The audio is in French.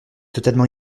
totalement